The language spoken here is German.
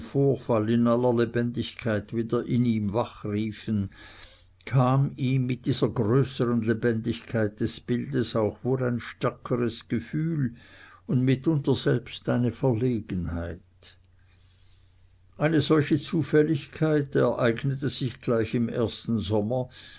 lebendigkeit wieder in ihm wachriefen kam ihm mit dieser größeren lebendigkeit des bildes auch wohl ein stärkeres gefühl und mitunter selbst eine verlegenheit eine solche zufälligkeit ereignete sich gleich im ersten sommer